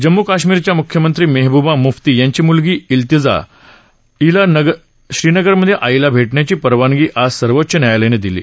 जम्मू कश्मीरच्या मुख्यमंत्री मेहबूबा मुफ्ती यांची मुलगी हिंतजाला श्रीनगरमधे आईला भेटण्याची परवानगी आज सर्वोच्च न्यायालयानं दिली